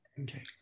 Okay